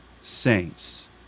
saints